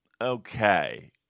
okay